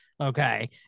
Okay